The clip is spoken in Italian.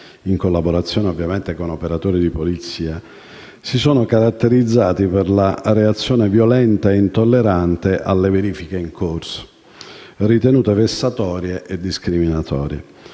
in collaborazione con operatori di polizia, si sono caratterizzati per la reazione violenta e intollerante alle verifiche in corso, ritenute vessatorie e discriminatorie.